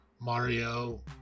Mario